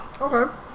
okay